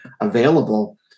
available